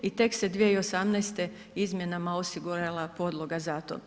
I tek se 2018. izmjenama osigurala podloga za to.